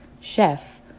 Chef